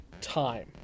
time